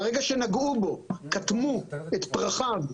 ברגע שנגעו בו, קטמו את פרחיו,